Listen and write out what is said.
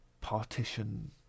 partition